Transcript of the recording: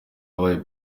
abaye